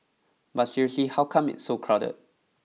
but seriously how come it's so crowded